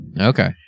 Okay